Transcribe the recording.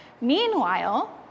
Meanwhile